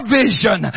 vision